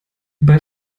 bei